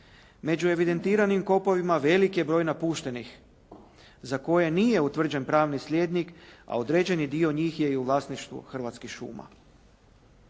Među evidentiranim kopovima velik je broj napuštenih za koje nije utvrđen pravni slijednik, a određeni dio njih je u vlasništvu Hrvatskih šuma.